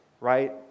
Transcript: right